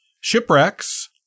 shipwrecks